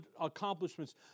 accomplishments